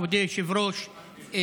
מכובדי היושב-ראש,